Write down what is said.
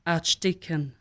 Archdeacon